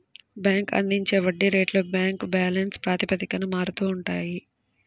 bank అందించే వడ్డీ రేట్లు బ్యాంక్ బ్యాలెన్స్ ప్రాతిపదికన మారుతూ ఉంటాయి